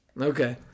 Okay